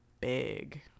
big